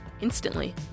Instantly